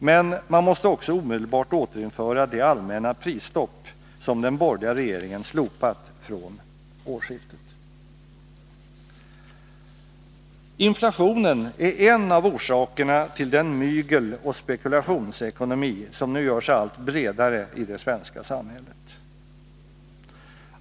Men man måste också omedelbart återinföra det allmänna prisstopp som den borgerliga regeringen slopat från årsskiftet. Inflationen är en av orsakerna till den mygeloch spekulationsekonomi som nu gör sig allt bredare i det svenska samhället.